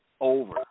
over